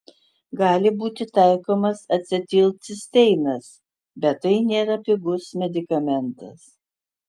gali būti taikomas acetilcisteinas bet tai nėra pigus medikamentas